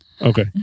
okay